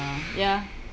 ya